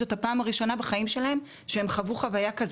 זאת הפעם הראשונה בחיים שלהם שהם חוו חוויה כזאת,